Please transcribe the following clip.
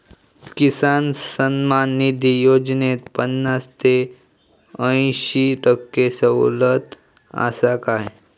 किसान सन्मान निधी योजनेत पन्नास ते अंयशी टक्के सवलत आसा काय?